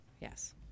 Yes